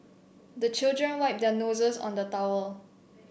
the children wipe their noses on the towel